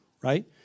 right